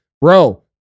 bro